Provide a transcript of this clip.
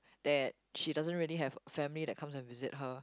that she doesn't really have family that comes and visit her